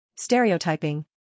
Stereotyping